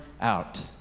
out